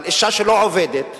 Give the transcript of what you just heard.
אבל אשה שלא עובדת,